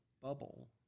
bubble